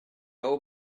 old